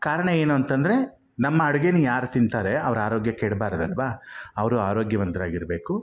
ಕಾರಣ ಏನು ಅಂತಂದರೆ ನಮ್ಮ ಅಡುಗೆನ ಯಾರು ತಿಂತಾರೆ ಅವ್ರ ಆರೋಗ್ಯ ಕೇಡಬಾರ್ದಲ್ವಾ ಅವರು ಆರೋಗ್ಯವಂತರಾಗಿರಬೇಕು